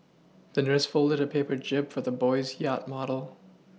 the nurse folded a paper jib for the boy's yacht model